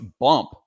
bump